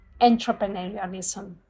entrepreneurialism